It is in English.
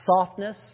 softness